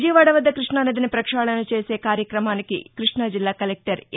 విజయవాడ వద్ద కృష్ణానదిని ప్రక్షాళన చేసే కార్యక్రమానికి కృష్ణాజిల్లా కలెక్టర్ ఎ